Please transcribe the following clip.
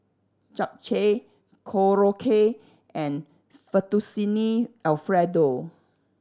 Japchae Korokke and Fettuccine Alfredo